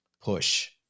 push